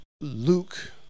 Luke